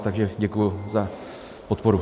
Takže děkuji za podporu.